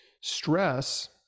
stress